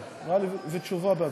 שוויון.